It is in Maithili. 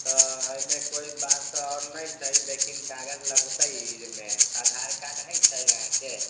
तऽ एहिमे कोई बात आओर नहि छै लेकिन कागज लगते एहिमे आधार कार्ड छै अहाँके